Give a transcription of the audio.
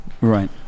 right